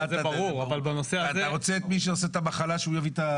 אתה רוצה שמי שמחולל את המחלה הוא גם יביא את התרופה?